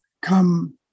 come